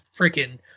freaking